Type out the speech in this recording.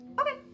Okay